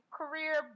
career